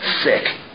sick